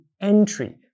Entry